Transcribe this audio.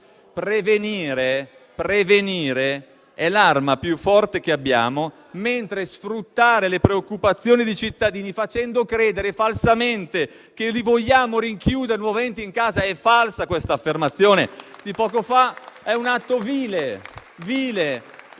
Prevenire è l'arma più forte che abbiamo, mentre sfruttare le preoccupazioni dei cittadini, facendo credere falsamente che li vogliamo rinchiudere nuovamente in casa - è falsa questa affermazione di poco fa - è un atto vile